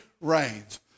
reigns